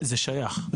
זה שייך,